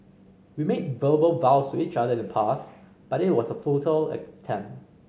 we made verbal vows to each other in the past but it was a futile attempt